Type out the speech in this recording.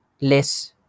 less